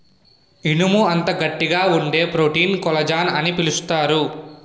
ఇనుము అంత గట్టిగా వుండే ప్రోటీన్ కొల్లజాన్ అని పిలుస్తారు